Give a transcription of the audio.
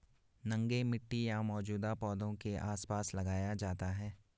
नंगे मिट्टी या मौजूदा पौधों के आसपास लगाया जाता है